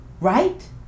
right